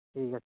ᱴᱷᱤᱠ ᱟᱪᱷᱮ